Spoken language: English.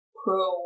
pro